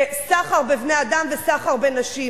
בסחר בבני-אדם וסחר בנשים,